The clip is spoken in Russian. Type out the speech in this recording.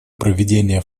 проведения